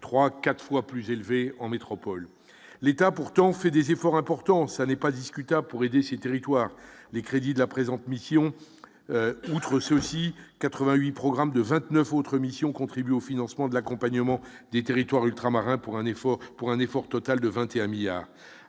3, 4 fois plus élevé en métropole, l'État a pourtant fait des efforts importants, ça n'est pas discutable pour aider ces territoires, les crédits de la présente mission outre ceci 88 programme de 29 autres missions contribuent au financement de l'accompagnement des territoires ultramarins pour un effort pour un effort total de 21 milliards